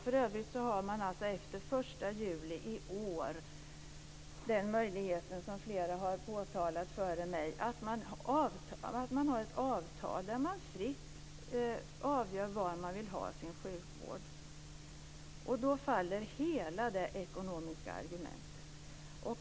För övrigt har man alltså efter 1 juli i år den möjlighet som flera har påtalat här före mig, att ha ett avtal som innebär att man fritt kan avgöra var man vill ha sin sjukvård. Då faller hela det ekonomiska argumentet.